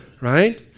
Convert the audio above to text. right